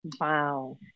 Wow